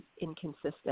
inconsistent